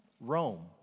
Rome